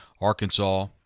Arkansas